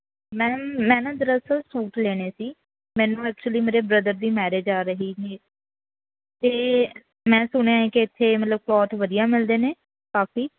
ma'am ਮੈਂ ਨਾ ਦਰਅਸਲ ਸੂਟ ਲੈਣੇ ਸੀ ਮੈਨੂੰ ਐਕਚੁਲੀ ਮੇਰੇ ਬ੍ਰਦਰ ਦੀ ਮੈਰਿਜ ਆ ਰਹੀ ਹੈ ਅਤੇ ਮੈਂ ਸੁਣਿਆ ਕਿ ਇੱਥੇ ਮਤਲਬ ਬਹੁਤ ਵਧੀਆ ਮਿਲਦੇ ਨੇ ਕਾਫੀ